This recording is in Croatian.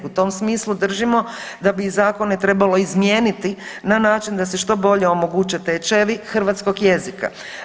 U tom smislu držimo da bi zakone trebalo izmijeniti na način da se što bolje omoguće tečajevi hrvatskog jezika.